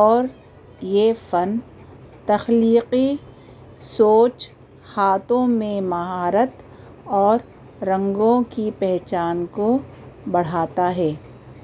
اور یہ فن تخلیقی سوچ ہاتھوں میں مہارت اور رنگوں کی پہچان کو بڑھاتا ہے